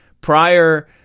prior